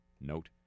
note